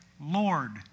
Lord